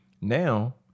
Now